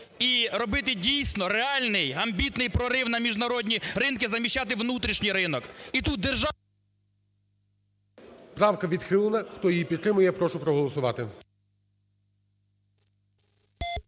і робити дійсно реальний амбітний прорив на міжнародні ринки, заміщати внутрішній ринок. І тут держава... ГОЛОВУЮЧИЙ. Правка відхилена. Хто її підтримує, я прошу проголосувати.